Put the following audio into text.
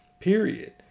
Period